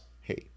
hey